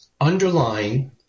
underlying